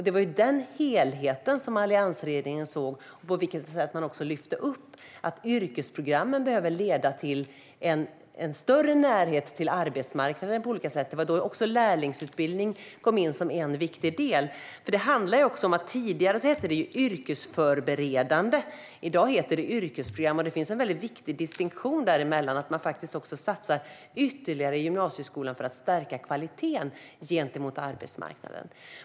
Det var denna helhet som alliansregeringen såg, och man lyfte också upp att yrkesprogrammen behöver leda till en större närhet till arbetsmarknaden. Det var också då lärlingsutbildning kom in som en viktig del. Tidigare hette det yrkesförberedande program, och i dag heter det yrkesprogram. Det finns en viktig distinktion däremellan. Man satsar ytterligare i gymnasieskolan för att stärka kvaliteten gentemot arbetsmarknaden.